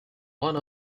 one